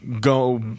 go